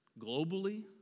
globally